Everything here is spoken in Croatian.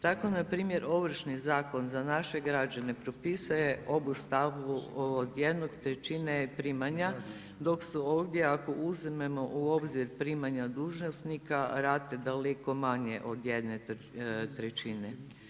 Tako na primjer Ovršni zakon za naše građane propisuje obustavu od jedne trećine primanja, dok su ovdje ako uzmemo u obzir primanja dužnosnika rate daleko manje od jedne trećine.